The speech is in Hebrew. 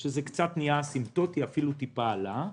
זה נהיה אסימפטוטי ואפילו קצת עלה.